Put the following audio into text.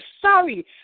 sorry